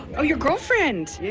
your girlfriend,